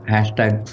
Hashtag